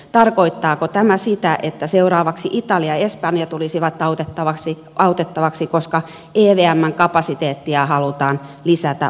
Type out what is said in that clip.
tarkoittaako tämä sitä että seuraavaksi italia ja espanja tulisivat autettaviksi koska evmn kapasiteettia halutaan lisätä oleellisesti